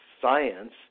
science